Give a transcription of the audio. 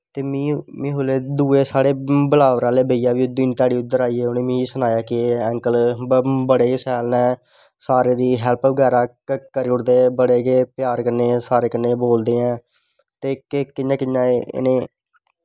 ते में बोल्लेआ दुए साढ़े बिलावर आह्ले भाईया दिन ध्याड़े उध्दर आईये ते मीं सनाया कि अंकल बड़े गै शैल नै सारें दी हैल्प बगैरा करी ओड़दे बड़े गै प्यार कन्नैं सारें कन्नै बोलदे ऐं ते कियां कि'यां इ'नें